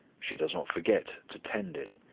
she does not forget to tend it,